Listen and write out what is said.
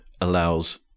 allows